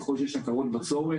ככל שיש הכרה בצורך,